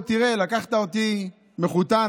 תראה, לקחת אותי מחותן.